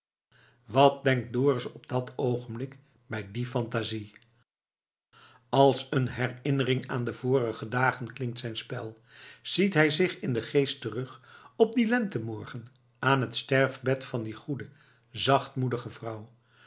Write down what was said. wat denkt dorus op dat oogenblik bij die phantasie als een herinnering aan vorige dagen klinkt zijn spel ziet hij zich in den geest terug op dien lentemorgen aan t sterfbed van die goede zachtmoedige vrouw